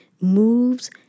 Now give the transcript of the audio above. moves